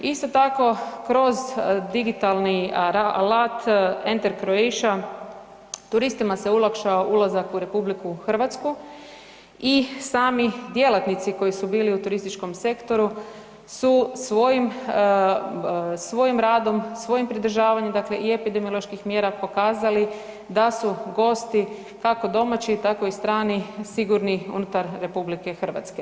Isto tako kroz digitalni alat Enter Croatia turistima se olakšao ulazak u RH i sami djelatnici koji su bili u turističkom sektoru su svojim radom, svojim pridržavanjem i epidemioloških mjera pokazali da su gosti kako domaći tako i strani sigurni unutar RH.